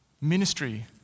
Ministry